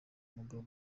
mugabo